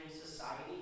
society